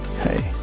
Hey